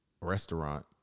restaurant